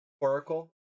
Oracle